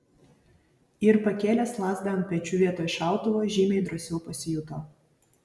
ir pakėlęs lazdą ant pečių vietoj šautuvo žymiai drąsiau pasijuto